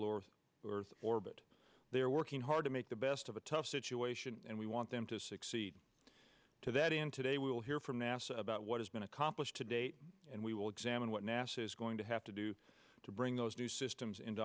earth orbit they are working hard to make the best of a tough situation and we want them to succeed to that end today we will hear from nasa about what has been accomplished to date and we will examine what nasa is going to have to do to bring those new systems into